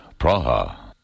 Praha